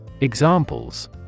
examples